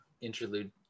interlude